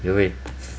你会